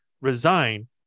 resign